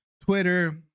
Twitter